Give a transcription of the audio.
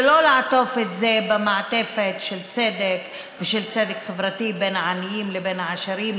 ולא לעטוף את זה במעטפת של צדק ושל צדק חברתי בין העניים לבין העשירים,